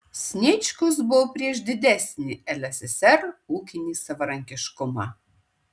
sniečkus buvo prieš didesnį lssr ūkinį savarankiškumą